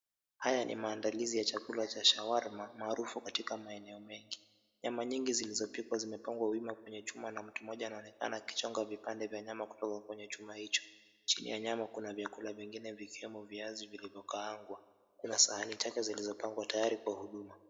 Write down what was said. Haya ni maandalizi ya chakula cha shawarma, maarufu katika maeneo mengi. Nyama nyingi zilizopikwa zimepangwa wima kwenye chuma na mtu mmoja anaoekana akichonga vipande vya nyama kwenye chuma hicho. Chini ya nyama kuna vyakula vingine vikiwemo viazi vilivyokaangwa, kuna sahani tele zilizopangwa tayari kwa huduma.